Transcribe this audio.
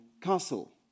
Castle